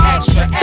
Extra